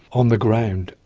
on the ground,